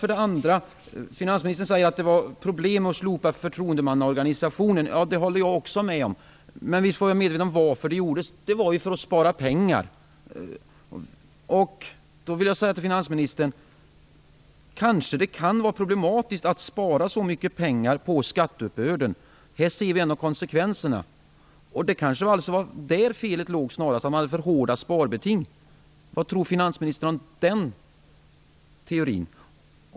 Vidare: Finansministern säger att det var problem med att slopa förtroendemannaorganisationen. Jag håller med om det. Men vi skall vara medvetna om anledningen till att det gjordes. Det gjordes ju därför att man skulle spara pengar. Kanske det kan vara problematiskt, finansministern, att spara så mycket pengar på skatteuppbörden. Här ser vi ändå konsekvenserna. Felet låg kanske snarare i att det var för hårda sparbeting. Vad tror finansministern om den teorin?